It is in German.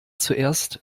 zuerst